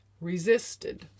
resisted